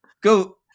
Go